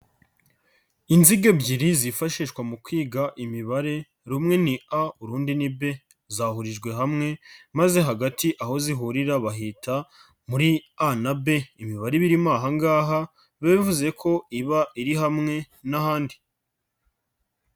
Inziga ebyiri zifashishwa mu kwiga imibare, rumwe ni a urundi ni b zahurijwe hamwe maze hagati aho zihurira bahita muri a na b. Imibare iba irimo aha ngaha bivuze ko iba iri hamwe n'ahandi.